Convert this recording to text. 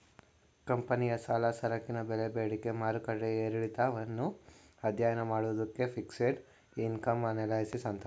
ಕಂಪನಿಯ ಸಾಲ, ಸರಕಿನ ಬೆಲೆ ಬೇಡಿಕೆ ಮಾರುಕಟ್ಟೆಯ ಏರಿಳಿತವನ್ನು ಅಧ್ಯಯನ ಮಾಡುವುದನ್ನು ಫಿಕ್ಸೆಡ್ ಇನ್ಕಮ್ ಅನಲಿಸಿಸ್ ಅಂತಾರೆ